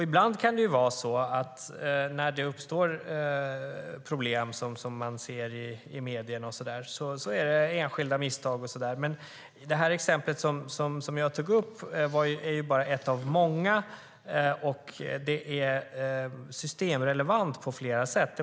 Ibland kan det, när det uppstår problem man ser i medierna och så, vara enskilda misstag. Det exempel jag tog upp är dock bara ett av många, och det är systemrelevant på flera sätt.